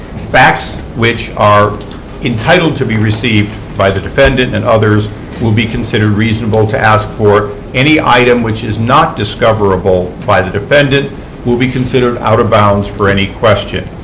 facts which are entitled to be received by the defendant and others will be considered reasonable to ask for. any item which is not discoverable by the defendant will be considered out of bounds for any question.